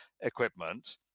equipment